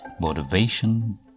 motivation